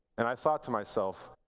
and i thought to myself,